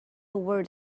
word